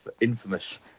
infamous